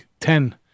ten